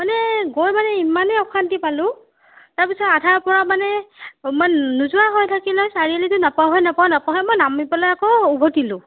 মানে গৈ মানে ইমানেই অশান্তি পালোঁ তাৰ পাছত আধাৰ পৰা মানে নোযোৱা হৈ থাকিলে চাৰিআলিটো নাপাওঁ হে নাপাওঁ নাপাওঁ মই নামি পেলাই আকৌ উভতিলোঁ